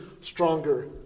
stronger